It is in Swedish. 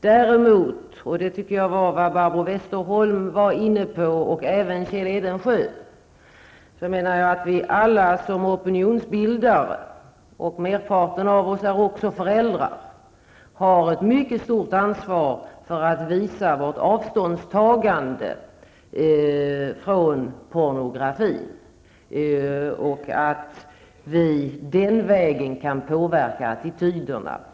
Däremot menar jag, som också Barbro Westerholm och Kjell Eldensjö varit inne på, att vi alla som opinionsbildare -- merparten av oss är också föräldrar -- har ett mycket stort ansvar för att visa vårt avståndstagande från pornografin för att den vägen påverka attityderna.